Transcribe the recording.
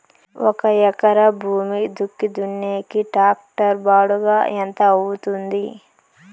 ఒక ఎకరా భూమి దుక్కి దున్నేకి టాక్టర్ బాడుగ ఎంత అవుతుంది?